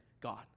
God